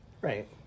right